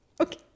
Okay